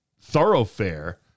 thoroughfare